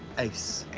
ace.